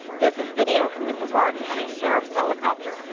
this is video from the brevard county sheriffs helicopter.